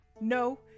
No